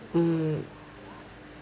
mm